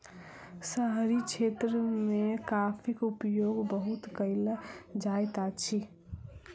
शहरी क्षेत्र मे कॉफ़ीक उपयोग बहुत कयल जाइत अछि